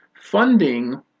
funding